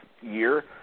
year